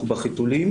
אנחנו בחיתולים